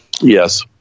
Yes